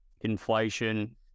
inflation